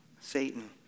Satan